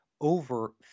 over